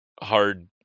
hard